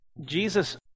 Jesus